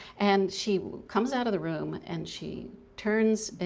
and she comes out of the room, and she turns,